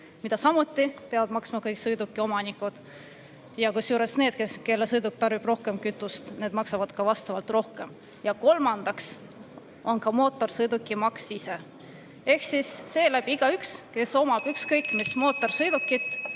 mida samuti peavad maksma kõik sõidukiomanikud, kusjuures need, kelle sõiduk tarbib rohkem kütust, maksavad vastavalt rohkem; kolmandaks on mootorsõidukimaks ise. Ehk igaüks, kes omab ükskõik mis mootorsõidukit,